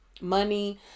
money